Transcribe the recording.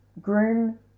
groom